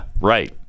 right